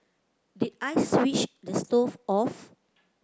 did I switch the stove off